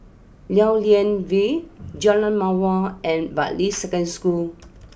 Lew Lian Vale Jalan Mawar and Bartley Secondary School